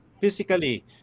physically